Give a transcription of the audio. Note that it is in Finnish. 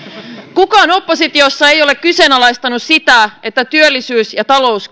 kukaan oppositiossa ei ole kyseenalaistanut sitä että työllisyys ja talous